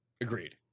Agreed